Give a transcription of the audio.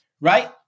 right